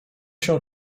się